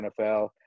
NFL